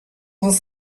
this